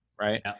Right